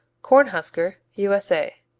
cornhusker u s a.